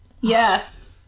Yes